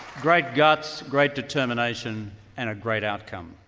great guts, great determination and a great outcome.